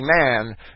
man